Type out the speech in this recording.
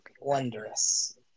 Wondrous